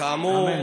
לא דיברתי